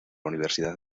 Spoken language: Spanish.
universidad